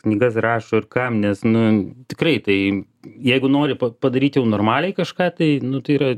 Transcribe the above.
knygas rašo ir kam nes nu tikrai tai jeigu nori padaryti jau normaliai kažką tai nu tai yra